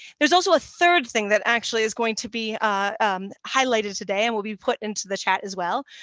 there's also a third thing that actually is going to be highlighted today and will be put into the chat as well,